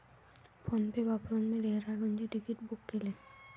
PhonePe वापरून मी डेहराडूनचे तिकीट बुक केले